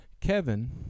Kevin